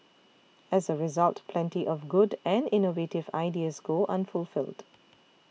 as a result plenty of good and innovative ideas go unfulfilled